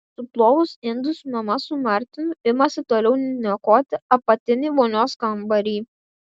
suplovus indus mama su martinu imasi toliau niokoti apatinį vonios kambarį